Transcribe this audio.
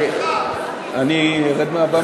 אני ארד מהבמה?